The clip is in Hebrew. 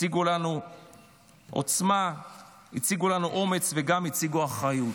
הציגו לנו עוצמה והציגו לנו אומץ וגם אחריות,